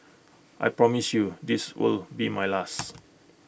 I promise you this will be my last